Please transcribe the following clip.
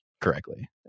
correctly